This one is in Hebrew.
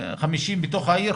50 קמ"ש בתוך העיר,